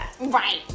Right